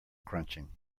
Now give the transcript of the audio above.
crunching